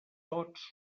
tots